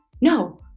No